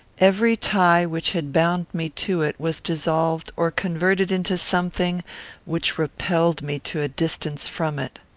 every tie which had bound me to it was dissolved or converted into something which repelled me to a distance from it.